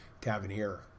Tavernier